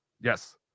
Yes